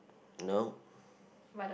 no